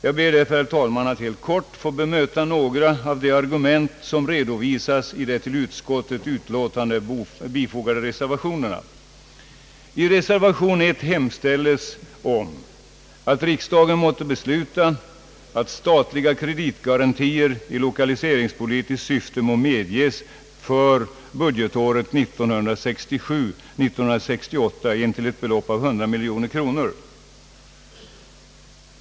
Jag ber därför, herr talman, att helt kort få bemöta några av de argument som redovisas i de till utskottets utlåtande bifogade reservationerna.